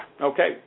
Okay